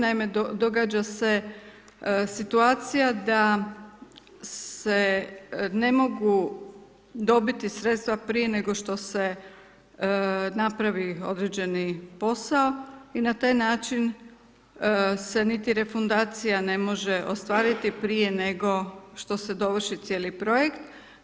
Naime, događa se situacija da se ne mogu dobiti sredstva, prije nego što se napravi određeni posao i na taj način se niti refundacija ne može ostvariti prije nego što se dovrši cijeli projekt.